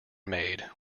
made